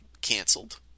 canceled